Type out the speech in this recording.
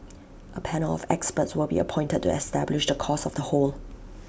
A panel of experts will be appointed to establish the cause of the hole